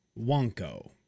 Wonko